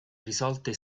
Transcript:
risolte